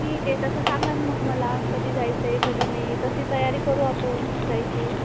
ठीक आहे तसं सांगाल मग मला कधी जायचं आहे कधी नाही तशी तयारी करू आपण जायची